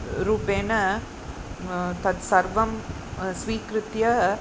रूपेण तत्सर्वं स्वीकृत्य